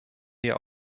wir